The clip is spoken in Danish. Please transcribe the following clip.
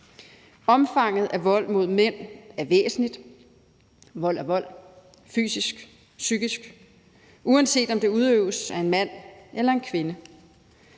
Omfanget af vold mod mænd er væsentligt. Vold er vold – fysisk eller psykisk – uanset om den udøves af en mand eller en kvinde.